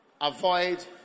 avoid